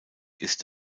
ist